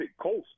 coast